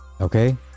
okay